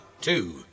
two